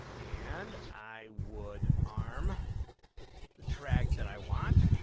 and i would armed the track that i want